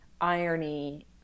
irony